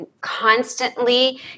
constantly